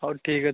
ହଉ ଠିକ୍ ଅଛି